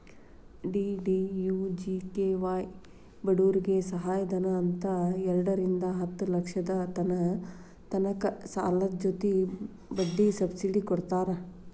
DDUGKY ಬಡೂರಿಗೆ ಸಹಾಯಧನ ಅಂತ್ ಎರಡರಿಂದಾ ಹತ್ತ್ ಲಕ್ಷದ ತನಕ ಸಾಲದ್ ಜೊತಿ ಬಡ್ಡಿ ಸಬ್ಸಿಡಿ ಕೊಡ್ತಾರ್